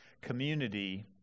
community